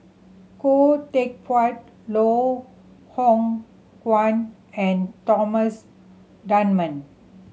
Khoo Teck Puat Loh Hoong Kwan and Thomas Dunman